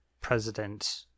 president